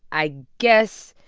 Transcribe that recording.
i guess